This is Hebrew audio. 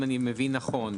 אם אני מבין נכון,